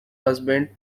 husband